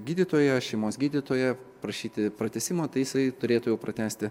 gydytoją šeimos gydytoją prašyti pratęsimo tai jisai turėtų jau pratęsti